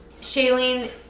Shailene